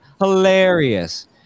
Hilarious